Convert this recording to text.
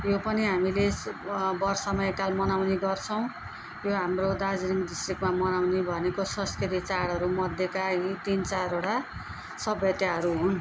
यो हामीले वर्षमा एकताल मनाउने गर्छौँ यो हाम्रो दार्जिलिङ डिस्ट्रिक्टमा मनाउने भनेको संस्कृति चाडहरू मध्येका यी तिन चारवटा सभ्यताहरू हुन्